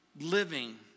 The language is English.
living